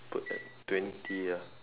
put at twenty ah